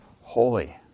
holy